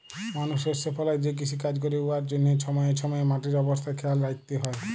মালুস শস্য ফলাঁয় যে কিষিকাজ ক্যরে উয়ার জ্যনহে ছময়ে ছময়ে মাটির অবস্থা খেয়াল রাইখতে হ্যয়